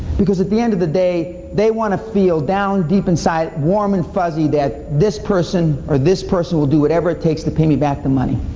because at the end of the day, they want to feel down deep inside, warm and fuzzy, that this person or this person will do whatever it takes to pay me back the money.